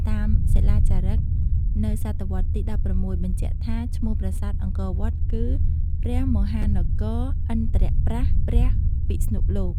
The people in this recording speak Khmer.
តាមសិលាចារឹកនៅសតវត្សទី១៦បញ្ជាក់ថា ឈ្មោះប្រាសាទអង្គរវត្តគឺ ព្រះមហានគរឥន្រ្ទប្រ័ស្ថព្រះពិស្ណុលោក។